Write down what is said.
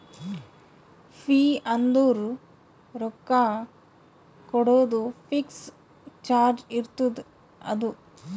fee ಅಂದುರ್ ರೊಕ್ಕಾ ಕೊಡೋದು ಫಿಕ್ಸ್ ಚಾರ್ಜ್ ಇರ್ತುದ್ ಅದು